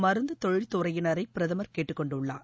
மருந்து தொழில் துறையினரை பிரதமர் கேட்டுக்கொண்டுள்ளார்